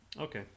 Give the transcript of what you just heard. Okay